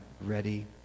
ready